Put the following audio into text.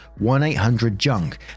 1-800-JUNK